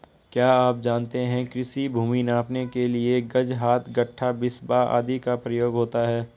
क्या आप जानते है कृषि भूमि नापने के लिए गज, हाथ, गट्ठा, बिस्बा आदि का प्रयोग होता है?